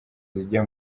zijya